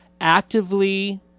actively